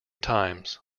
times